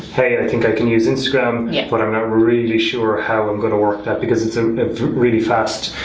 hey i think i can use instragram, yeah but i'm not really sure how i'm gonna work that because it's a really fast,